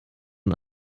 und